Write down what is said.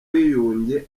ubwiyunge